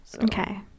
Okay